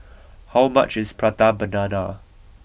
how much is Prata banana